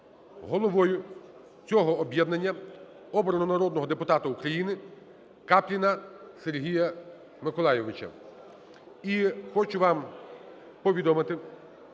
Головою цього об'єднання обрано народного депутата України Капліна Сергія Миколайовича.